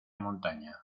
montaña